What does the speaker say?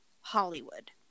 hollywood